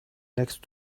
next